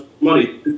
money